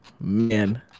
man